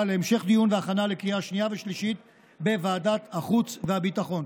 להמשך דיון והכנה לקריאה שנייה ושלישית בוועדת החוץ והביטחון.